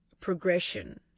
progression